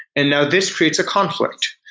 and now this creates a conflict,